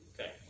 Okay